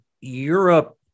Europe